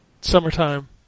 Summertime